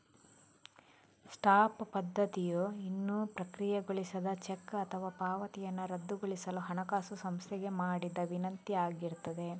stop ಪಾವತಿಯು ಇನ್ನೂ ಪ್ರಕ್ರಿಯೆಗೊಳಿಸದ ಚೆಕ್ ಅಥವಾ ಪಾವತಿಯನ್ನ ರದ್ದುಗೊಳಿಸಲು ಹಣಕಾಸು ಸಂಸ್ಥೆಗೆ ಮಾಡಿದ ವಿನಂತಿ ಆಗಿರ್ತದೆ